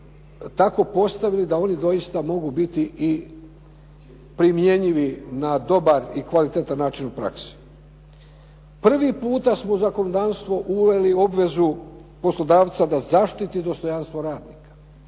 tako postavili da oni doista mogu biti i primjenjivi na dobar i kvalitetan način u praksi. Prvi puta smo u zakonodavstvo uveli obvezu poslodavca da zaštiti dostojanstvo radnika.